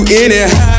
anyhow